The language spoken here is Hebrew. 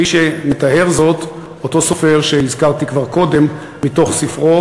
כפי שמתאר זאת אותו סופר שהזכרתי כבר קודם בספרו,